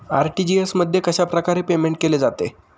RTGS मध्ये कशाप्रकारे payment केले जाते?